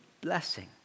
blessing